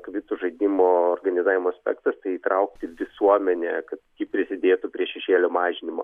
kvitų žaidimo organizavimo aspektas tai įtraukti visuomenę kad ji prisidėtų prie šešėlio mažinimo